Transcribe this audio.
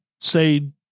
say